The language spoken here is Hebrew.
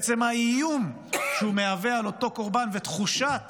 בעצם האיום שהוא מהווה על אותו קורבן, ובתחושת